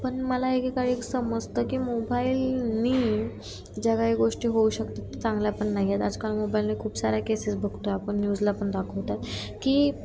पण मला एकेकाळी एक समजतं की मोबाईलने ज्या काही गोष्टी होऊ शकतात ते चांगल्या पण नाही आहेत आजकाल मोबाईलने खूप साऱ्या केसेस बघतो आहे आपण न्यूजला पण दाखवतात की